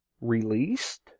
released